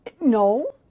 No